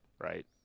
right